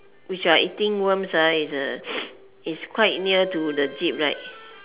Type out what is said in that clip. which are eating worms ah is uh quite near to the jeep right